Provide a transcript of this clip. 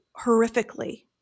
horrifically